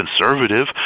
conservative